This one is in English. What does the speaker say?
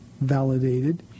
validated